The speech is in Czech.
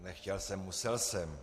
Nechtěl jsem, musel jsem.